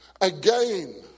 again